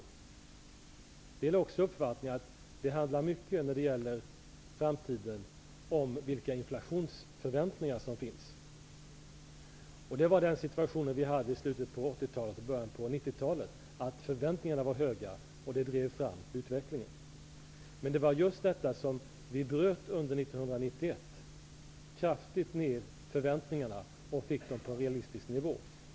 Det gäller också uppfattningen att det för framtiden handlar mycket om vilka inflationsförväntningar som finns. Den situation vi hade i slutet av 80-talet och början av 90-talet innebar att förväntningarna var höga. Det drev fram den utveckling vi upplevde. Det var just detta som vi bröt under 1991. Vi fick ned förväntningarna kraftigt till en realistisk nivå.